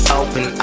open